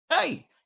Hey